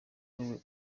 wowe